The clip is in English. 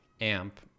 Amp